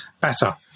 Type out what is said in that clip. better